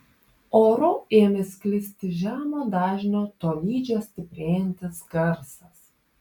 oru ėmė sklisti žemo dažnio tolydžio stiprėjantis garsas